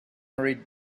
hurried